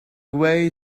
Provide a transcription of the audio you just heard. way